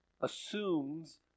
assumes